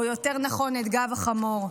או יותר נכון את גב החמור.